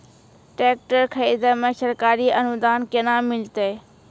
Tractor खरीदै मे सरकारी अनुदान केना मिलतै?